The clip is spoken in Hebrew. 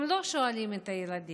הם לא שואלים את הילדים.